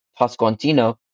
Pasquantino